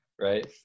right